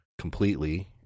completely